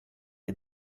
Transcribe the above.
les